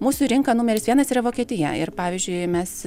mūsų rinka numeris vienas yra vokietija ir pavyzdžiui mes